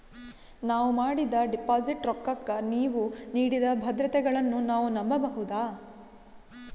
ನಾವು ಮಾಡಿದ ಡಿಪಾಜಿಟ್ ರೊಕ್ಕಕ್ಕ ನೀವು ನೀಡಿದ ಭದ್ರತೆಗಳನ್ನು ನಾವು ನಂಬಬಹುದಾ?